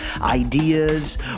ideas